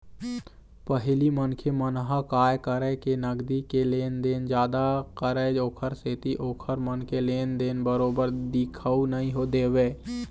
पहिली मनखे मन ह काय करय के नगदी के लेन देन जादा करय ओखर सेती ओखर मन के लेन देन बरोबर दिखउ नइ देवय